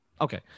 Okay